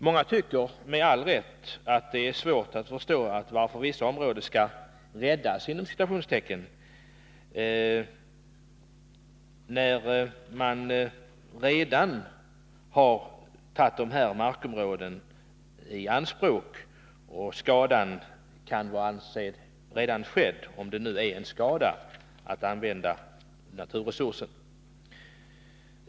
Många tycker, med all rätt, att det är svårt att förstå varför vissa områden skall ”räddas”, när man redan har tagit markområdena i anspråk och skadan kan anses redan vara skedd — om det nu är en skada att använda naturresurser.